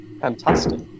Fantastic